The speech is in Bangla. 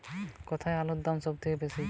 কোথায় আলুর দাম সবথেকে বেশি?